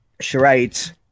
charades